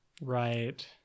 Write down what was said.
Right